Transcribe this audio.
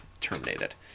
terminated